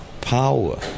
power